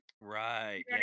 Right